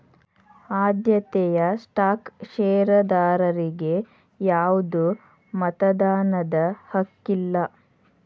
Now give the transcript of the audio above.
ಆದ್ಯತೆಯ ಸ್ಟಾಕ್ ಷೇರದಾರರಿಗಿ ಯಾವ್ದು ಮತದಾನದ ಹಕ್ಕಿಲ್ಲ